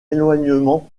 éloignement